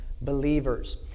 believers